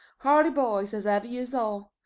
hearty boys as ever you saw.